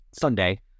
sunday